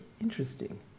interesting